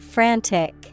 Frantic